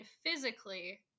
physically